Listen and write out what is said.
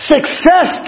Success